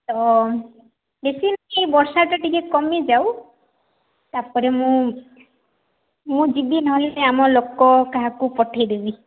ତ ବେଶୀ ନାହିଁ ଏଇ ବର୍ଷାଟା ଟିକେ କମି ଯାଉ ତାପରେ ମୁଁ ମୁଁ ଯିବି ନହେଲେ ସେ ଆମ ଲୋକ କାହାକୁ ପଠାଇ ଦେବି